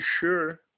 sure